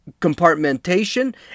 compartmentation